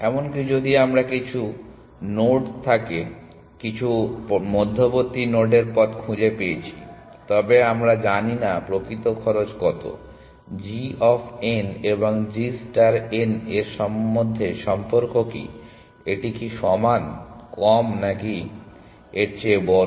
এমনকি যদি আমরা কিছু নোড থেকে কিছু মধ্যবর্তী নোডের পথ খুঁজে পেয়েছি তবে আমরা জানি না প্রকৃত খরচ কত g অফ n এবং g ষ্টার n এর মধ্যে সম্পর্ক কী এটি কি সমান কম নাকি এর চেয়ে বড়